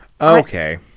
Okay